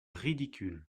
ridicules